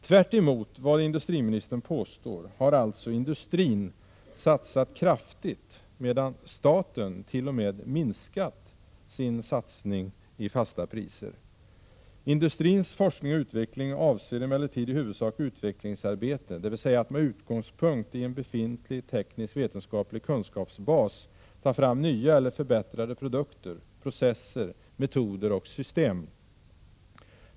Tvärtemot vad industriministern påstår har alltså industrin satsat kraftigt, medan staten i fasta priser t.o.m. minskat sin satsning. Industrins forskning och utveckling avser emellertid i huvudsak utvecklingsarbete, dvs. att med utgångspunkt i en befintlig teknisk-vetenskaplig kunskapsbas ta fram nya eller förbättrade produkter, processer, metoder och system.